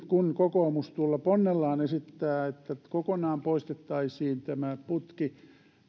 kun kokoomus tuolla ponnellaan esittää että kokonaan poistettaisiin tämä putki niin